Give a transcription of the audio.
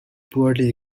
poorly